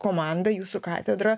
komanda jūsų katedra